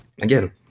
again